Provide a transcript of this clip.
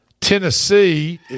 Tennessee